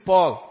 Paul